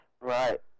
Right